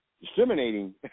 discriminating